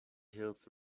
heals